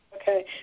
Okay